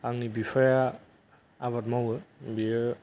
आंनि बिफाया आबाद मावो बियो